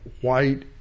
white